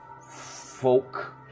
folk